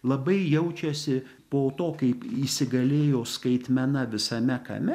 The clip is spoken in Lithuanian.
labai jaučiasi po to kaip įsigalėjo skaitmena visame kame